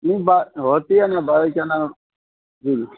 ایک ہوتی ہے نا بھائی کیا نام جی جی